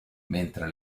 mentre